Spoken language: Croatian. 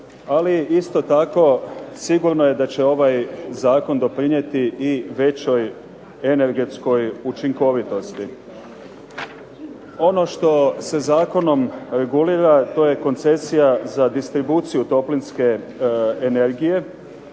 ali isto tako sigurno je da će ovaj Zakon doprinijeti i većoj energetskoj učinkovitosti. Ono što se Zakonom regulira to je koncesija za distribuciju toplinske energije,